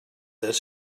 this